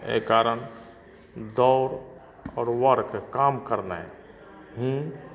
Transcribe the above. एहि कारण दौड़ आओर वर्क काम कयनाइ ही